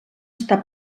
està